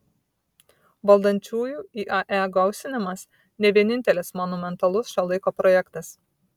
valdančiųjų iae gausinimas ne vienintelis monumentalus šio laiko projektas